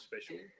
special